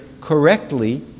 correctly